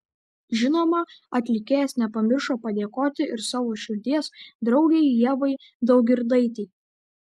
žinoma atlikėjas nepamiršo padėkoti ir savo širdies draugei ievai daugirdaitei